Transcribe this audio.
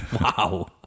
Wow